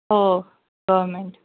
हो गव्हर्मेंट